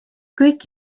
kõik